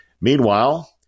Meanwhile